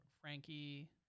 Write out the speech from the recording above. Frankie